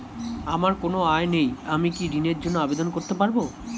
আমার কোনো আয় নেই আমি কি ঋণের জন্য আবেদন করতে পারব?